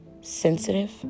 sensitive